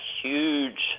huge